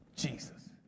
Jesus